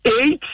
eight